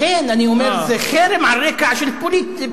לכן אני אומר, זה חרם על רקע פוליטי.